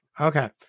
Okay